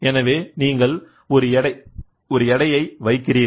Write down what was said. எனவே நீங்கள் ஒரு எடையை வைக்கிறீர்கள்